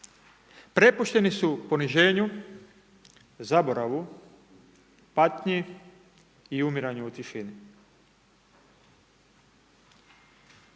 Prepušteni su poniženju, zaboravu, patnji i umiranju u tišini.